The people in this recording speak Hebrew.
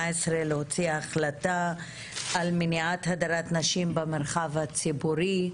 להוציא החלטה על מניעת הדרת נשים במרחב הציבורי,